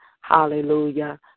Hallelujah